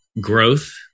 growth